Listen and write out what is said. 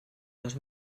dos